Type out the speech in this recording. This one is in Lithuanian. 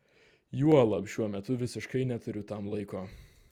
juolab šiuo metu visiškai neturiu tam laiko